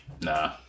nah